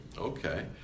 Okay